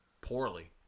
poorly